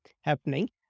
happening